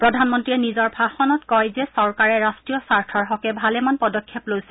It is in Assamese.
প্ৰধানমন্ত্ৰীয়ে নিজৰ ভাষণত কয় যে চৰকাৰে ৰাষ্ট্ৰীয় স্বাৰ্থৰ হকে ভালেমান পদক্ষেপ লৈছে